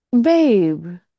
Babe